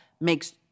makes